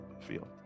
field